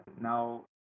now